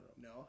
No